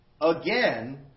again